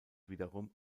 wiederum